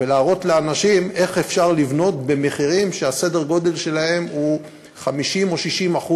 ולהראות לאנשים איך אפשר לבנות במחירים שסדר-הגודל שלהם הוא 50% או 60%,